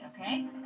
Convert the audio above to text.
okay